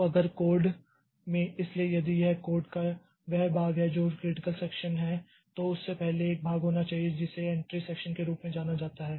तो अगर कोड में इसलिए यदि यह कोड का वह भाग है जो क्रिटिकल सेक्षन है तो उससे पहले एक भाग होना चाहिए जिसे एंट्री सेक्षन के रूप में जाना जाता है